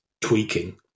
tweaking